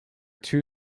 two